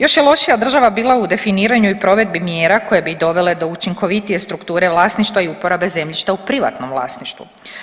Još je lošija država bila u definiranju i provedbi mjera koje bi dovele do učinkovitije strukture vlasništva i uporabe zemljišta u privatnom vlasništvu.